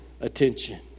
attention